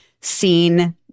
seen